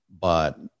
but-